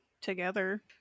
together